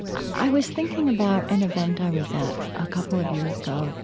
i was thinking about an event i was at a couple of years ago,